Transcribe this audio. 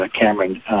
Cameron